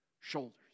shoulders